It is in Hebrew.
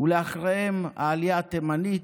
אחריהם העלייה התימנית,